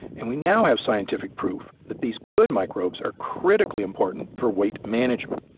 and we now have scientific proof that these good microbes are critically important for weight management.